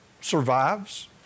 survives